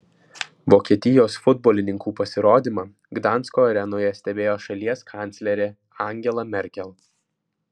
vokietijos futbolininkų pasirodymą gdansko arenoje stebėjo šalies kanclerė angela merkel